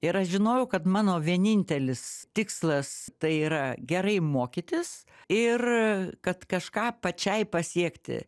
ir aš žinojau kad mano vienintelis tikslas tai yra gerai mokytis ir kad kažką pačiai pasiekti